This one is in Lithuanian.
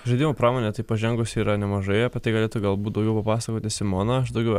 žaidimų pramonė tai pažengusi yra nemažai apie tai galėtų galbūt daugiau papasakoti simona aš daugiau